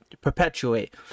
perpetuate